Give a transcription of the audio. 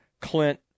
Clint